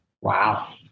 wow